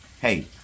Hey